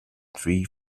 three